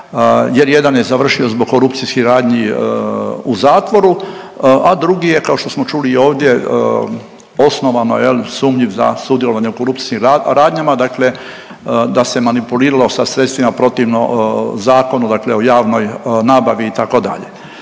jer jedan je završio zbog korupcijskih radnji u zatvoru, a drugi je, kao što smo čuli ovdje, osnovano, je li, sumnji za sudjelovanje u korupcijskim radnjama, dakle da se manipuliralo sa sredstvima protivno zakonu, dakle o javnoj nabavi, itd.